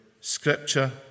scripture